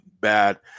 bad